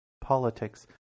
politics